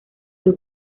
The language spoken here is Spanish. sus